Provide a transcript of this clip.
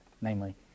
Namely